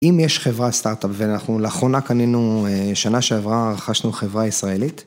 אם יש חברה סטארט-אפ ואנחנו לאחרונה קנינו, שנה שעברה, רכשנו חברה ישראלית.